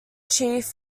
chief